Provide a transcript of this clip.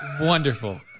wonderful